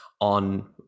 on